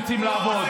הדרוזים יוצאים לעבוד,